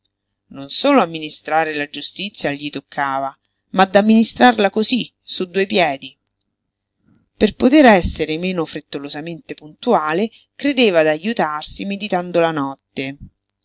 non solo amministrare la giustizia gli toccava ma d'amministrarla cosí su due piedi per poter essere meno frettolosamente puntuale credeva d'ajutarsi meditando la notte